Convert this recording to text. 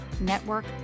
Network